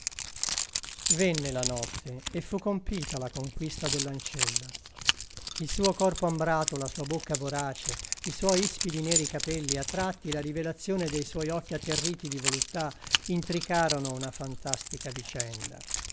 venne la notte e fu compiuta la conquista dell'ancella il suo corpo ambrato la sua bocca vorace i suoi ispidi neri capelli a tratti la rivelazione dei suoi occhi atterriti di voluttà intricarono una fantastica vicenda